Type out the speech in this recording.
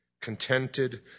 contented